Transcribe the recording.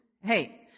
Hey